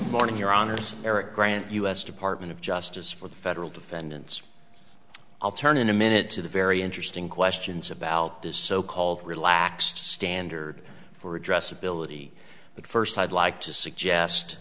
morning your honour's eric grant us department of justice for the federal defendants i'll turn in a minute to the very interesting questions about this so called relaxed standard for addressability but first i'd like to suggest